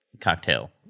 cocktail